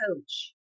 coach